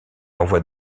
envoie